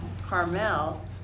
Carmel